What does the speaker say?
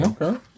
Okay